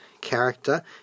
character